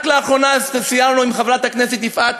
רק לאחרונה סיירנו עם חברת הכנסת יפעת